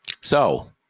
So-